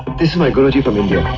this is my guru-ji from india.